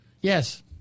Yes